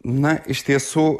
na iš tiesų